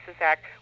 Act